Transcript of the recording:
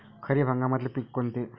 खरीप हंगामातले पिकं कोनते?